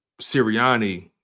sirianni